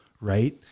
Right